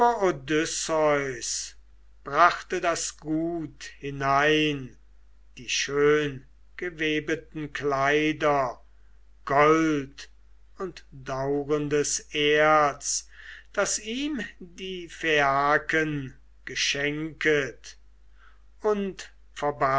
brachte das gut hinein die schöngewebeten kleider gold und dauerndes erz das ihm die phaiaken geschenket und